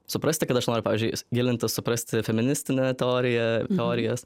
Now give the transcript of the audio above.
suprasti kad aš noriu pavyzdžiui gilintis suprasti feministinę teoriją teorijas